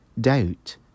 doubt